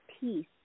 peace